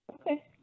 Okay